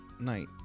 night